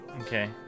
okay